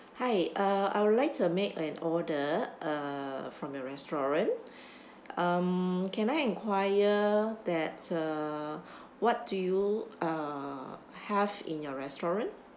hi uh I would like to make an order uh from your restaurant um can I enquire that uh what do you uh have in your restaurant